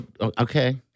Okay